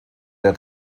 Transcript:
der